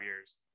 years